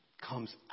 comes